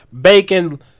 bacon